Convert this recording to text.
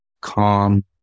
calm